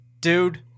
dude